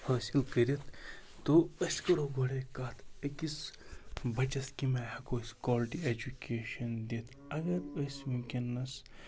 حٲصِل کٔرِتھ تہٕ أسۍ کَرو گۄڈے کَتھ أکِس بَچَس کیٚمہِ آیہِ ہٮ۪کو أسۍ کالٹی اٮ۪جُکیشَن دِتھ اَگَر أسۍ وٕنکٮ۪نس